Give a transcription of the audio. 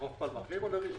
חוף פלמחים או ראשון?